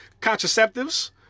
contraceptives